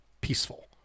peaceful